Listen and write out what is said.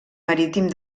marítim